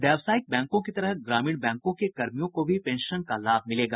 व्यावसायिक बैंकों की तरह ग्रामीण बैंकों के कर्मियों को भी पेंशन का लाभ मिलेगा